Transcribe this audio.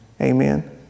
Amen